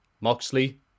Moxley